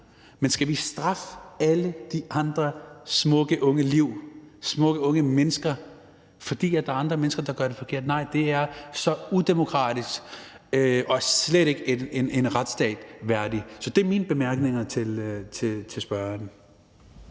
Men skal vi straffe alle de andre smukke unge liv, smukke unge mennesker, fordi der er andre mennesker, der gør det forkert? Nej, det er så udemokratisk og slet ikke en retsstat værdigt. Så det er mine bemærkninger til spørgeren.